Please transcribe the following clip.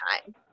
time